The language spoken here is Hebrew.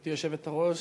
גברתי היושבת-ראש,